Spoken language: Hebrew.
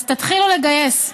אז תתחילו לגייס.